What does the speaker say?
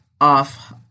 off